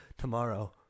tomorrow